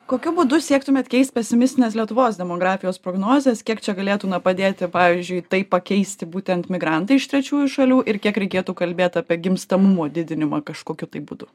kokiu būdu siektumėt keisti pesimistines lietuvos demografijos prognozes kiek čia galėtų na padėti pavyzdžiui tai pakeisti būtent migrantai iš trečiųjų šalių ir kiek reikėtų kalbėti apie gimstamumo didinimą kažkokiu būdu